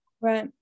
Right